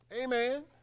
amen